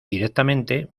directamente